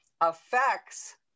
affects